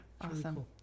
Awesome